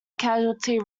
casualty